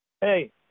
hey